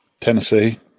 Tennessee